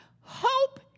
Hope